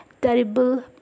terrible